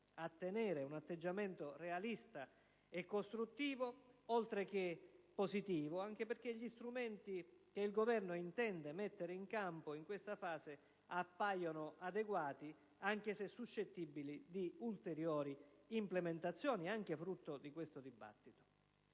a tenere un atteggiamento realista e costruttivo, oltre che positivo, anche perché gli strumenti che il Governo intende mettere in campo in questa fase appaiono adeguati, anche se suscettibili di ulteriori implementazioni, anche frutto di questo dibattito.